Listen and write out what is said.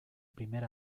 primer